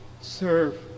serve